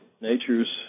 nature's